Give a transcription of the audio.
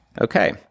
okay